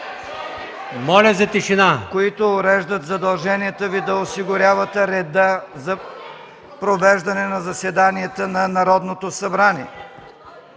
Моля за тишина!